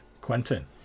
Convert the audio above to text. Quentin